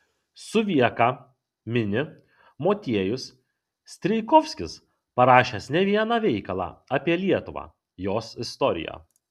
suvieką mini motiejus strijkovskis parašęs ne vieną veikalą apie lietuvą jos istoriją